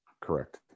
correct